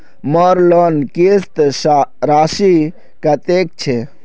मोर लोन किस्त राशि कतेक छे?